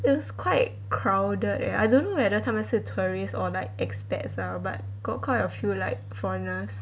it was quite crowded leh I don't know whether 他们是 tourists or like expats lah but got quite a few like foreigners